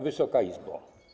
Wysoka Izbo!